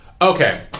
Okay